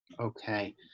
Okay